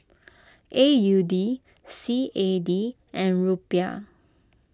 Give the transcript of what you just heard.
A U D C A D and Rupiah